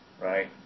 right